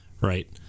right